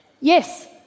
Yes